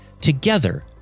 Together